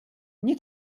nie